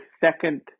second